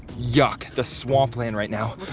yuck, the swampland right now,